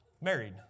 married